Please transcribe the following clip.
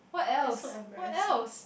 that's so embarrassing